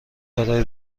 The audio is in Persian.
برای